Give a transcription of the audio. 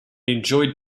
enjoyed